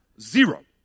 Zero